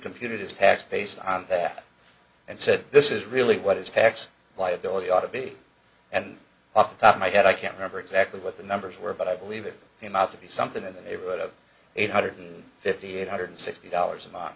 computed his tax based on that and said this is really what is tax liability ought to be and off the top of my head i can't remember exactly what the numbers were but i believe it came out to be something in the neighborhood of eight hundred fifty eight hundred sixty dollars